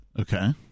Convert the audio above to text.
Okay